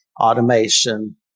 automation